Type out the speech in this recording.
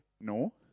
No